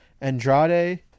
Andrade